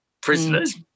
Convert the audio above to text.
prisoners